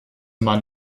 man